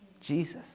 Jesus